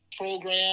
program